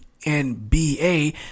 NBA